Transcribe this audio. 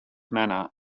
manner